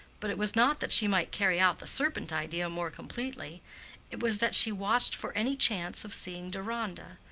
but it was not that she might carry out the serpent idea more completely it was that she watched for any chance of seeing deronda,